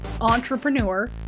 entrepreneur